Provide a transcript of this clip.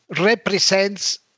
represents